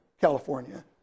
California